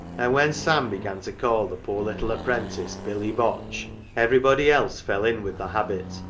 and when sam began to call the poor little apprentice billy botch, everybody else fell in with the habit,